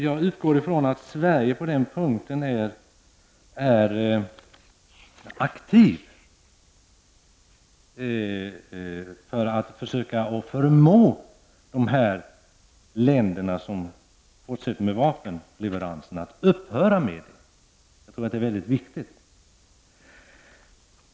Jag utgår från att Sverige agerar aktivt för att försöka att förmå de länder som fortsätter med vapenleveranserma att upphöra med detta. Det är mycket viktigt.